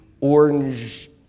orange